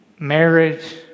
marriage